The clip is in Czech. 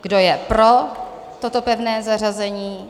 Kdo je pro toto pevné zařazení?